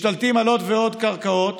משתלטים על עוד ועוד קרקעות,